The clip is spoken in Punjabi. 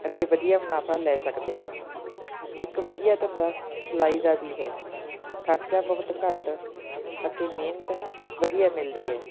ਅਤੇ ਵਧੀਆ ਮੁਨਾਫਾ ਲੈ ਸਕਦੇ ਹਾਂ ਇੱਕ ਵਧੀਆ ਧੰਦਾ ਸਿਲਾਈ ਦਾ ਵੀ ਹੈ ਖਰਚਾ ਬਹੁਤ ਘੱਟ ਅਤੇ ਮਿਹਨਤ ਵਧੀਆ ਮਿਲਦੀ ਹੈ